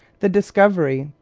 the discovery,